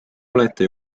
olete